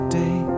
day